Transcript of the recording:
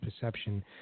perception